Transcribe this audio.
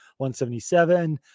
177